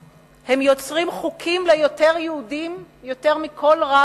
הם יוצרים חוקים ליותר יהודים, יותר מכל רב בעולם,